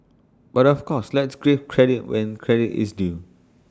but of course let's give credit where credit is due